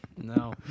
No